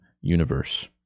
universe